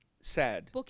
sad